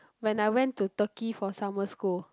when I went for Turkey for summer school